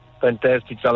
fantastic